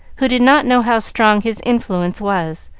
who did not know how strong his influence was,